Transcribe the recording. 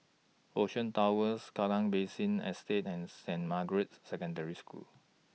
Ocean Towers Kallang Basin Estate and Saint Margaret's Secondary School